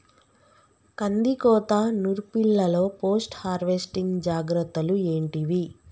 కందికోత నుర్పిల్లలో post harvesting జాగ్రత్తలు ఏంటివి?